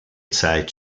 zeit